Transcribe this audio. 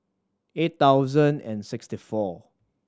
eight thousand and sixty four